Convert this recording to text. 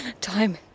Time